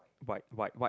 white white white